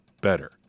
better